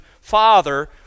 father